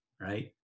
right